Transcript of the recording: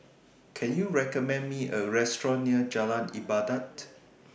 Can YOU recommend Me A Restaurant near Jalan Ibadat